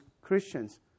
Christians